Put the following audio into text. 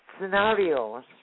scenarios